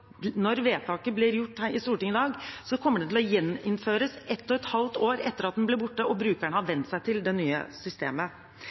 Når vedtaket blir gjort i Stortinget i dag, kommer den til å gjeninnføres et og et halvt år etter at den ble borte og brukerne har